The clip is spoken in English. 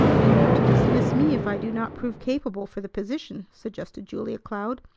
and you to dismiss me if i do not prove capable for the position, suggested julia cloud,